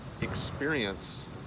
experience